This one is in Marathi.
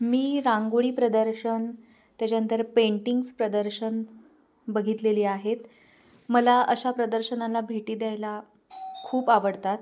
मी रांगोळी प्रदर्शन त्याच्यानंतर पेंटिंग्स प्रदर्शन बघितलेले आहेत मला अशा प्रदर्शनाला भेटी द्यायला खूप आवडतात